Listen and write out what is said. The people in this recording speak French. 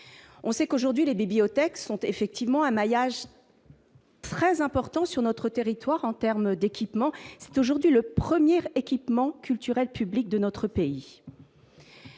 on sait qu'aujourd'hui les des biotechs sont effectivement un maillage très important sur notre territoire en termes d'équipements, c'est aujourd'hui le 1er équipement culturel publics de notre pays,